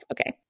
Okay